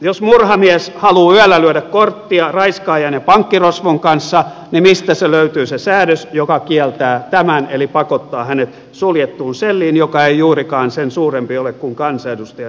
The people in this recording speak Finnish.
jos murhamies haluaa yöllä lyödä korttia raiskaajan ja pankkirosvon kanssa niin mistä löytyy se säädös joka kieltää tämän eli pakottaa hänet suljettuun selliin joka ei juurikaan sen suurempi ole kuin kansanedustajan työhuone